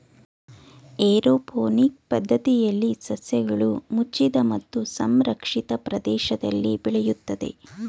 aeroponic ಪದ್ಧತಿಯಲ್ಲಿ ಸಸ್ಯಗಳು ಮುಚ್ಚಿದ ಮತ್ತು ಸಂರಕ್ಷಿತ ಪ್ರದೇಶದಲ್ಲಿ ಬೆಳೆಯುತ್ತದೆ